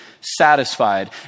satisfied